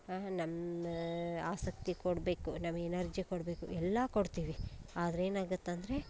ನಮ್ಮ ಆಸಕ್ತಿ ಕೊಡಬೇಕು ನಮ್ಮ ಎನರ್ಜಿ ಕೊಡಬೇಕು ಎಲ್ಲ ಕೊಡ್ತೀವಿ ಆದ್ರೆ ಏನಾಗತ್ತಂದರೆ